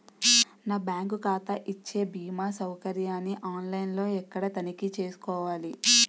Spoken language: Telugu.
నా బ్యాంకు ఖాతా ఇచ్చే భీమా సౌకర్యాన్ని ఆన్ లైన్ లో ఎక్కడ తనిఖీ చేసుకోవాలి?